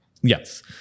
Yes